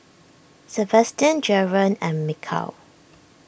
Sabastian Jaren and Mikal